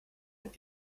ein